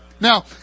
now